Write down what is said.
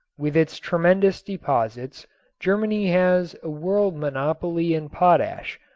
with its tremendous deposits germany has a world monopoly in potash,